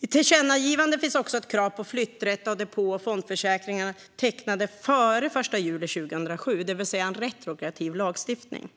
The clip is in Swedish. I tillkännagivandet finns också ett krav på flytträtt för depå och fondförsäkringar tecknade före den 1 juli 2007, det vill säga en retroaktiv lagstiftning.